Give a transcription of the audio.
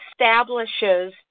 establishes